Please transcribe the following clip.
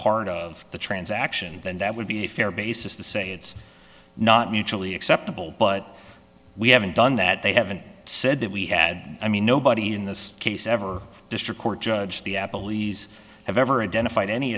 part of the transaction and then that would be a fair basis to say it's not mutually acceptable but we haven't done that they haven't said that we had i mean nobody in this case ever district court judge the apple e's have ever identified any